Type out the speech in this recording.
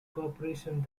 corporations